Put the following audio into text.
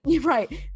right